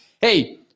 Hey